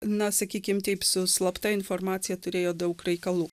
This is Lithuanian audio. na sakykim taip su slapta informacija turėjo daug reikalų